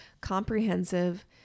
comprehensive